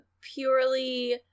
purely